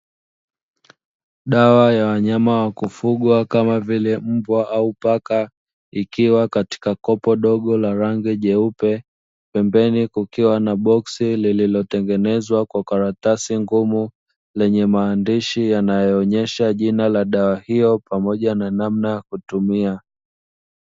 Dawa ya wanyama wa kufungwa kama vile mbwa au paka, ikiwa katika kopo dogo la rangi nyeupe, pembeni kukiwa na boksi lililotengenezwa kwa karatasi ngumu, lenye maandishi yanayoonyesha jina la dawa hiyo, pamoja na namna ya kutumia.